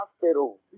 hospital